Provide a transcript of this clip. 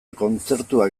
kontzertuak